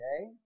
Okay